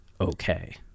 okay